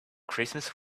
christmas